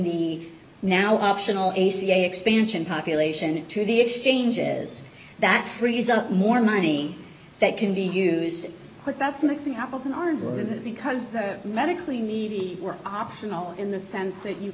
the now optional ac expansion population d to the exchanges that frees up more money that can be used but that's mixing apples and oranges because the medically needy were optional in the sense that you